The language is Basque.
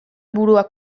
burua